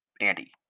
Andy